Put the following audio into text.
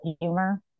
humor